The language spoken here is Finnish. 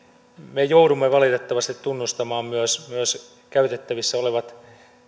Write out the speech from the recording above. me joudumme valitettavasti tunnustamaan myös myös käytettävissä olevat